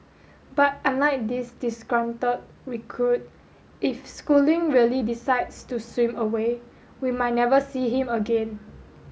but unlike this disgruntled recruit if schooling really decides to swim away we might never see him again